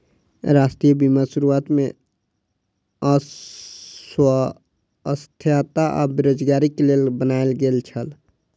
राष्ट्रीय बीमा शुरुआत में अस्वस्थता आ बेरोज़गारीक लेल बनायल गेल छल